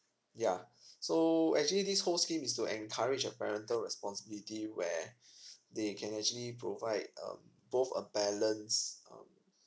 ya so actually this whole scheme is to encourage the parental responsibility where they can actually provide um both a balance